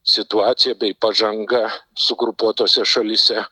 situacija bei pažanga sugrupuotose šalyse